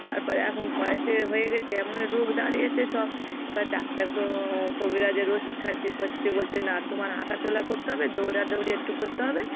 তারপরে এখন বয়স হয়ে গেছে এমন রোগ দাঁড়িয়েছে সব এবার ডাক্তারকে কবিরাজের ওষুধ খাচ্ছি করছে বলছে না তোমার হাঁটাচলা করতে হবে দৌড়াদৌড়ি একটু করতে হবে